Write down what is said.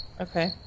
Okay